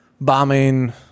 bombing